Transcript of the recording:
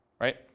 right